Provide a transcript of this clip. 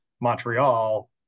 montreal